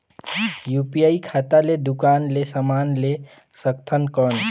UPI खाता ले दुकान ले समान ले सकथन कौन?